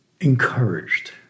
encouraged